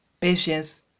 patience